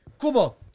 Kubo